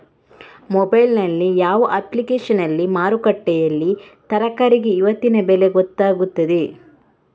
Mobile ನಲ್ಲಿ ಯಾವ ಅಪ್ಲಿಕೇಶನ್ನಲ್ಲಿ ಮಾರುಕಟ್ಟೆಯಲ್ಲಿ ತರಕಾರಿಗೆ ಇವತ್ತಿನ ಬೆಲೆ ಗೊತ್ತಾಗುತ್ತದೆ?